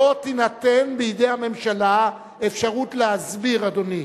לא תינתן בידי הממשלה אפשרות להסביר, אדוני,